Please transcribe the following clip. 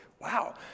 Wow